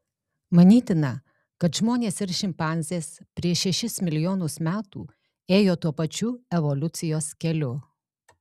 manytina kad žmonės ir šimpanzės prieš šešis milijonus metų ėjo tuo pačiu evoliucijos keliu